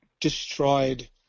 destroyed